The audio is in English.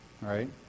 right